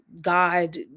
God